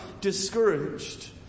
discouraged